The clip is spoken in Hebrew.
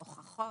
הוכחות.